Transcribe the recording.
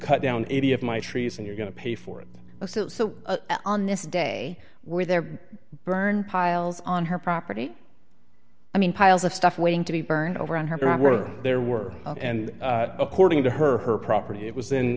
cut down eighty of my trees and you're going to pay for it so on this day we're there burn piles on her property i mean piles of stuff waiting to be burned over on her there were and according to her her property it was in